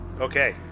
Okay